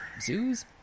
zoos